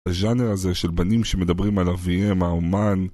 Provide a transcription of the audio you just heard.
הז'אנר הזה של בנים שמדברים על אביהם, האמן...